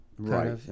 right